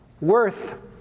worth